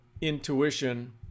intuition